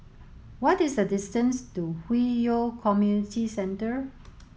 what is the distance to Hwi Yoh Community Centre